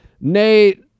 Nate